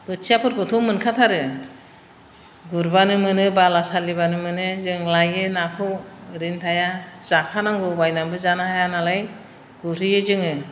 बोथियाफोरखौथ' मोनखाथारो गुरब्लानो मोनो बाला सालिब्लानो मोनो जों लायो नाखौ ओरैनो थाया जाखानांगौ बायनानैबो जानो हाया नालाय गुरहैयो जोङो